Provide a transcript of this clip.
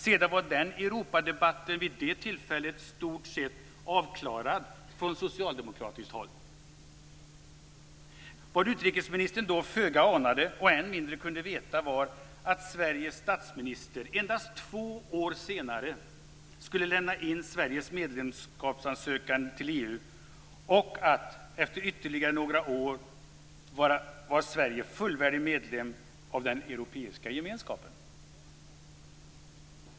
Sedan var Europadebatten vid det tillfället i stort sett avklarad från socialdemokratiskt håll. Vad utrikesministern då föga anade, och än mindre kunde veta, var att Sveriges statsminister endast två år senare skulle lämna in Sveriges medlemskapsansökan till EU och att Sverige, efter ytterligare några år, var fullvärdig medlem av den europeiska gemenskapen.